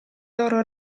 loro